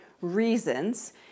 reasons